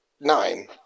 nine